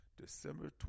December